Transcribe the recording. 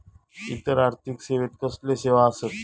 इतर आर्थिक सेवेत कसले सेवा आसत?